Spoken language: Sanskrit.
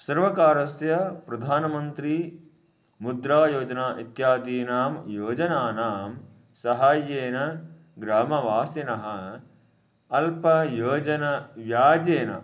सर्वकारस्य प्रधानमन्त्री मुद्रायोजना इत्यादीनां योजनानां सहाय्येन ग्रामवासिनः अल्पयोजनव्याज्येन